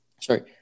sorry